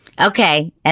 Okay